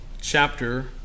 chapter